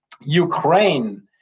Ukraine